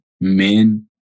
men